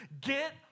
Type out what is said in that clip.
Get